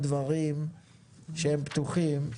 אז בואי נתקדם.